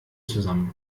zusammen